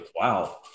Wow